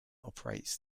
operates